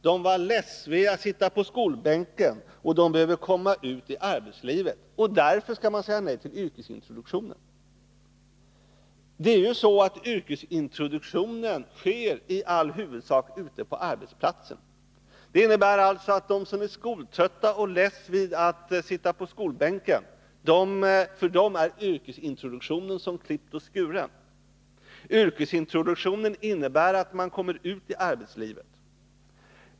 De leds vid att sitta på skolbänken och behöver komma ut i arbetslivet, och därför skall man säga nej till yrkesintroduktionen. Men yrkesintroduktionen sker ju i huvudsak ute på arbetsplatserna. Det innebär att för dem som är skoltrötta och leds vid att sitta på skolbänken är yrkesintroduktionen som klippt och skuren. Yrkesintroduktionen innebär att man kommer ut i arbetslivet.